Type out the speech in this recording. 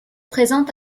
présente